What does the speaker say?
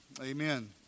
Amen